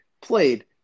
played